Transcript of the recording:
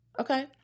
Okay